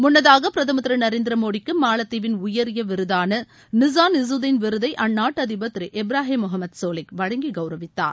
முன்னதாக பிரதமர் திரு நரேந்திர மோடிக்கு மாலத்தீவின் உயரிய விருதான நிசான் இகதீன் விருதை அந்நாட்டு அதிபர் திரு இப்ராஹிம் முகமது சோலிஹ் வழங்கி கவுரவித்தார்